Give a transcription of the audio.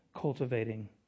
cultivating